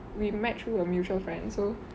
we met through a mutual friend so